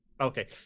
Okay